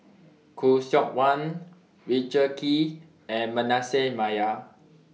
Khoo Seok Wan Richard Kee and Manasseh Meyer